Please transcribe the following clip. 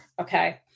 Okay